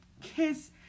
kiss